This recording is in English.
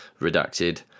redacted